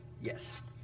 Yes